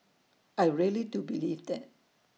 I really do believe that